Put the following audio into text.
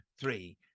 three